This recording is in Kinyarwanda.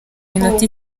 iminota